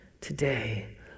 today